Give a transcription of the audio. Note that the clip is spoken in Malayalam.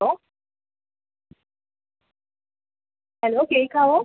ഓ ഹലോ കേൾക്കാവോ